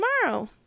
tomorrow